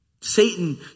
Satan